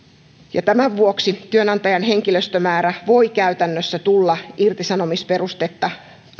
tämän vuoksi työnantajan henkilöstömäärä voi käytännössä tulla irtisanomisperustetta